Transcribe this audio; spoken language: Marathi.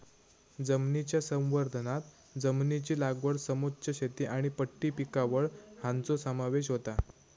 जमनीच्या संवर्धनांत जमनीची लागवड समोच्च शेती आनी पट्टी पिकावळ हांचो समावेश होता